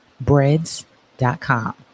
Breads.com